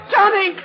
Johnny